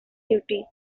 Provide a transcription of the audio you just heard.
duty